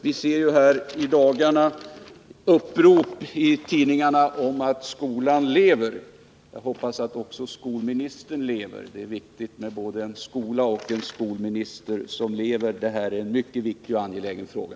Viseri dessa dagar uppropi tidningarna om att skolan lever. Jag hoppas att också skolministern lever. Det är viktigt både med en skola och med en skolminister som lever. Det här är en mycket angelägen och viktig fråga.